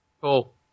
Cool